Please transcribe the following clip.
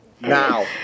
now